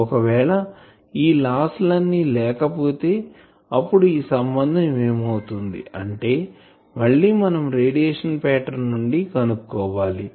ఒకవేళ ఈ లాస్ లు అన్ని లేకపోతే అప్పుడు ఈ సంబంధం ఏమి అవుతుంది అంటే మళ్ళి మనం రేడియేషన్ పాటర్న్ నుండి కనుక్కోవాలి